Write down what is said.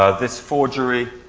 ah this forgery